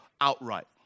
outright